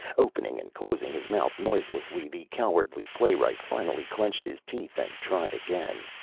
opening and closing his mouth noiselessly, the cowardly playwright finally clenched his teeth and tried again.